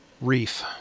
reef